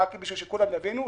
רק כדי שכולם יבינו,